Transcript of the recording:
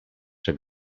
czy